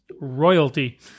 royalty